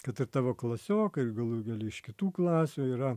kad ir tavo klasiokai ir galų gale iš kitų klasių yra